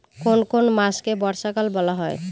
কোন কোন মাসকে বর্ষাকাল বলা হয়?